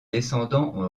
descendants